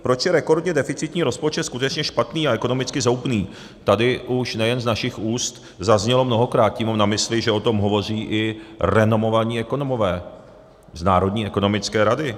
Proč je rekordně deficitní rozpočet skutečně špatný a ekonomicky zhoubný, tady už nejen z našich úst zaznělo mnohokrát tím mám na mysli, že o tom hovoří i renomovaní ekonomové z Národní ekonomické rady.